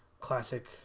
classic